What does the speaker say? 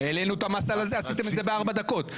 העלנו את המס על הזה, עשיתם את זה בארבע דקות.